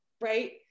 right